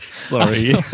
Sorry